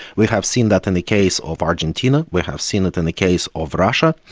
we have seen that in the case of argentina, we have seen it in the case of russia,